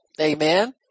Amen